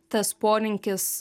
tas polinkis